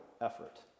effort